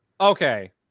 Okay